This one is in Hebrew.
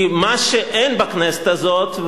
כי מה שאין בכנסת הזאת,